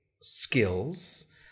skills